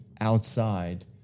outside